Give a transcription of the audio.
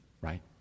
Right